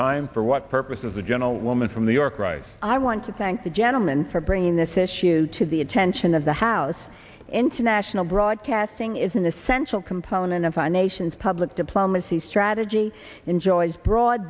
time for what purpose does the gentlewoman from the or cry i want to thank the gentleman for bringing this issue to the attention of the house international broadcasting is an essential component of our nation's public diplomacy strategy enjoys broad